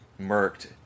murked